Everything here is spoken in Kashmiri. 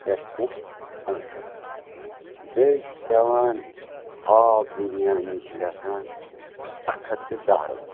کیٛاہ چھُ پٮ۪وان پَنٛژاہ رۄپیہِ بیٚیہِ چھُ پٮ۪وان ہاف بِریانی چھِ گژھان اَکھ ہَتھ تہٕ دَہ رۄپیہِ